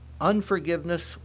Unforgiveness